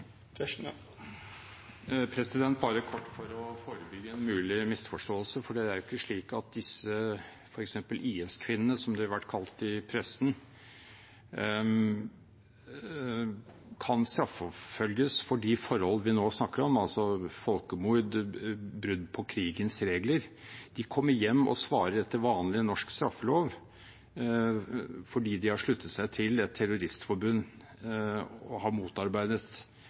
Bare kort for å forebygge en mulig misforståelse: Det er ikke slik at f.eks. disse IS-kvinnene, som de har vært kalt i pressen, kan straffeforfølges for de forhold vi nå snakker om, altså folkemord, brudd på krigens regler. De kommer hjem og svarer etter vanlig norsk straffelov fordi de har sluttet seg til et terroristforbund og motarbeidet – skal vi si – sivile straffeforfølgelsesforhold i Norge. Dessuten har